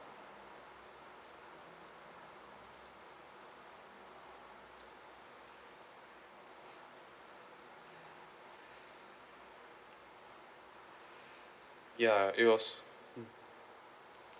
ya it was